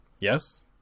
Yes